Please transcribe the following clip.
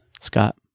Scott